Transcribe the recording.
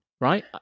right